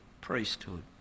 priesthood